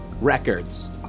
records